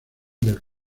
del